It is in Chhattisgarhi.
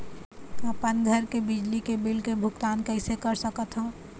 अपन घर के बिजली के बिल के भुगतान कैसे कर सकत हव?